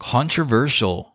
Controversial